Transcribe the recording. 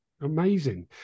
Amazing